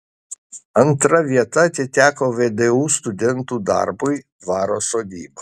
antra vieta atiteko vdu studentų darbui dvaro sodyba